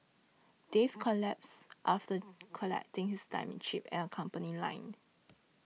Dave collapsed after collecting his timing chip at our company line